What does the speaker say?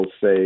say